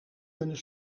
kunnen